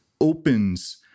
opens